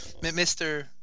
Mr